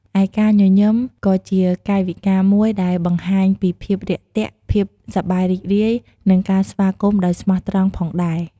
ឯការញញឹម ក៏ជាកាយវិការមួយដែលបង្ហាញពីភាពរាក់ទាក់ ភាពសប្បាយរីករាយ និងការស្វាគមន៍ដោយស្មោះត្រង់ផងដែរ។